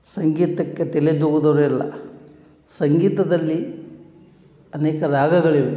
ಸಂಗೀತಕ್ಕೆ ತಲೆದೂಗದೊರೆ ಇಲ್ಲ ಸಂಗೀತದಲ್ಲಿ ಅನೇಕ ರಾಗಗಳಿವೆ